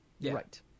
Right